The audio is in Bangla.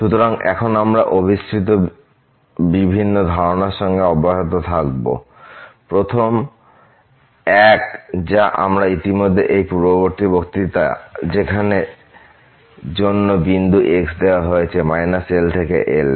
সুতরাং এখন আমরা অভিসৃতি বিভিন্ন ধারণার সঙ্গে অব্যাহত থাকবে প্রথম এক যা আমরা ইতিমধ্যে এই পূর্ববর্তী বক্তৃতা যেখানে জন্য বিন্দু x দেখা হয়েছে L থেকে L এ